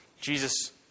Jesus